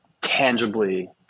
tangibly